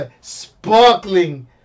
sparkling